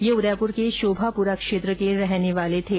ये उदयपुर के शोभापुरा क्षेत्र के रहने वाले थे